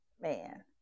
man